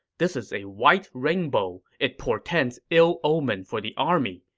this is a white rainbow. it portends ill omen for the army.